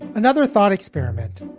another thought experiment,